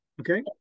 Okay